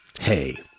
Hey